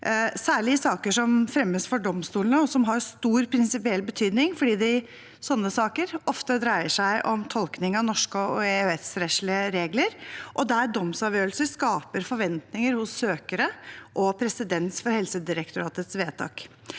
særlig i saker som fremmes for domstolene og som har stor prinsipiell betydning – fordi det i slike saker ofte dreier seg om tolkning av norske og EØS-rettslige regler – og der domsavgjørelse skaper forventninger hos søkere og presedens for Helsedirektoratets vedtak.